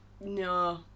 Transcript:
No